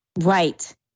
Right